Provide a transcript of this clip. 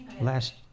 Last